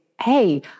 hey